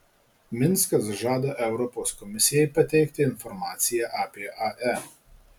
minskas žada europos komisijai pateikti informaciją apie ae